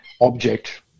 object